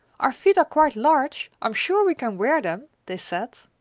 our feet are quite large. i'm sure we can wear them, they said.